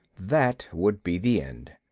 that would be the end.